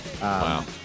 Wow